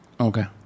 Okay